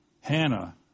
Hannah